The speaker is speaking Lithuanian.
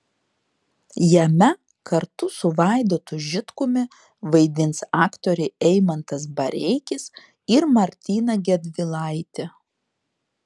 jame kartu su vaidotu žitkumi vaidins aktoriai eimantas bareikis ir martyna gedvilaitė